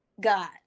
God